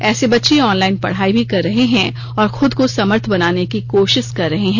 ऐसे बच्चे ऑनलाइन पढ़ाई भी कर रहे हैं और खुद को समर्थ बनाने की कोशिश कर रहे हैं